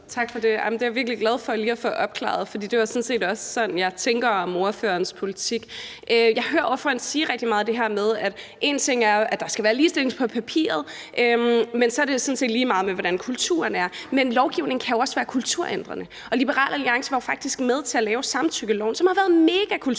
Tak for det. Det er jeg virkelig glad for lige at få opklaret, for det er sådan set også sådan, jeg tænker om ordførerens politik. Jeg hører ordføreren sige det her med, at én ting er, at der skal være ligestilling på papiret, men at så er det sådan set lige meget, hvordan kulturen er. Men lovgivning kan jo også være kulturændrende, og Liberal Alliance var faktisk med til at lave samtykkeloven, som har været mega kulturændrende.